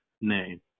name